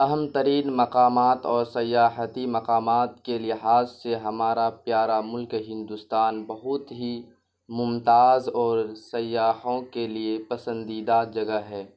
اہم ترین مقامات اور سیاحتی مقامات کے لحاظ سے ہمارا پیارا ملک ہندوستان بہت ہی ممتاز اور سیاحوں کے لیے پسندیدہ جگہ ہے